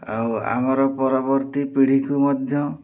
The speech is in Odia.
ଆଉ ଆମର ପରବର୍ତ୍ତୀ ପିଢ଼ିକୁ ମଧ୍ୟ